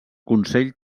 consell